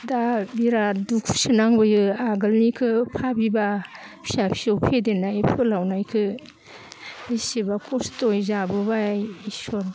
दा बिराद दुखुसो नांबोयो आगोलनिखो भाबिब्ला फिसा फिसौ फेदेरनाय फोलावनायखो बेसेबा खस्थ'यै जाबोबाय इसोर